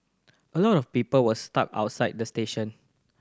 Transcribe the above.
a lot of people were stuck outside the station